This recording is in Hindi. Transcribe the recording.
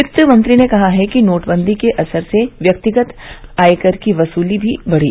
वित्त मंत्री ने बताया कि नोटबंदी के असर से व्यक्तिगत आयकर की वसूली भी बड़ी